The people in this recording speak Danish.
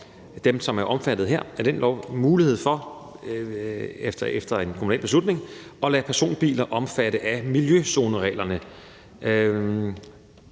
som er omfattet af den lov, mulighed for efter en kommunal beslutning at lade personbiler omfatte af miljøzonereglerne.